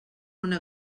una